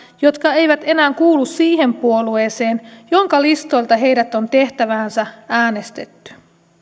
jotka eivät enää kuulu siihen puolueeseen jonka listoilta heidät on tehtäväänsä äänestetty